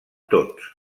tots